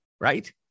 right